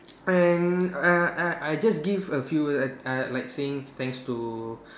and uh uh I just give a few words uh like saying thanks to